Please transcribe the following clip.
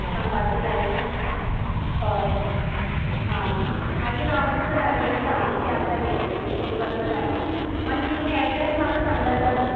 दनपारची जाय न्ही हय आह मागीर हांव तुमकां धाडून दिता आमचें आसात वेटर बी तेंचे वांगडा धाडटा मातशें तुमी एड्रॅस म्हाका सांगल्यार जालें